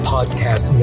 Podcast